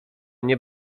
nie